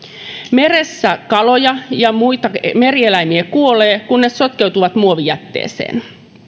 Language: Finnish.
meressä kaloja ja muita merieläimiä kuolee kun ne sotkeutuvat muovijätteeseen